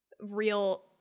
real